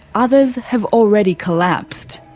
others have already collapsed.